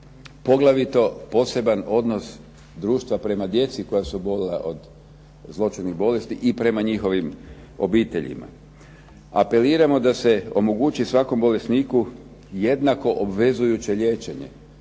Poglavito poseban odnos društva prema djeci koja su obolila od zloćudnih bolesti i prema njihovim obiteljima. Apeliramo da se omogući svakom bolesniku jednako obvezujuće liječenje,